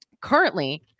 Currently